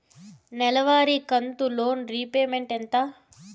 నెలవారి కంతు loan repayment ఎంత?